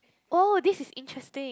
oh this is interesting